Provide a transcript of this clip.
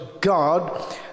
God